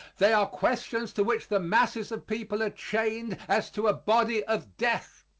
they are questions to which the masses of people are chained as to a body of death.